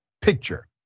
picture